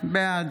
בעד